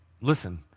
Listen